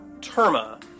Terma